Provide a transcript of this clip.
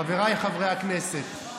חבריי חברי הכנסת,